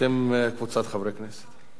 אתם קבוצת חברי הכנסת.